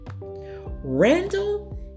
Randall